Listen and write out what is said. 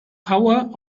power